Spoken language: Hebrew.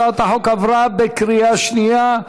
הצעת החוק עברה בקריאה שנייה.